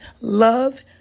Love